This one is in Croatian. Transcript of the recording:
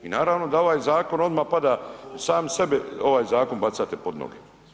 I naravno da ovaj zakon odmah pada, sami sebi ovaj zakon bacate pod noge.